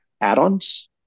add-ons